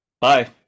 Bye